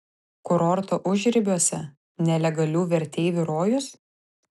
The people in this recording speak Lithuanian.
kurorto užribiuose nelegalių verteivų rojus